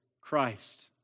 Christ